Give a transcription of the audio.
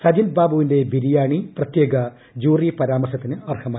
സജിൻബാബുവിന്റെ ബിരിയാണി പ്രത്യേക ജൂറി പരാമർശത്തുന്ന് അർഹമായി